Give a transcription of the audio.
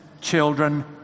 children